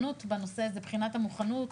של בחינת המוכנות.